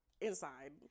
inside